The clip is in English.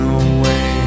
away